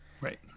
Right